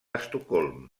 estocolm